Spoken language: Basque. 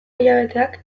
hilabeteak